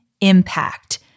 impact